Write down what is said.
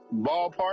ballpark